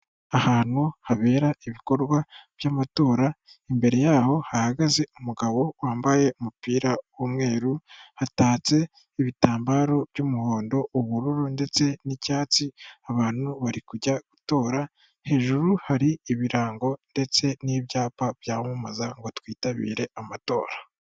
Ahantu habera ibikorwa by'amatora imbere yaho hahagaze umugabo wambaye umupira w'umweru, hatatse ibitambaro by'umuhondo ubururu ndetse n'icyatsi abantu bari kujya gutora hejuru hari ibirango ndetse n'ibyapa byamamaza ngo twitabire amatora.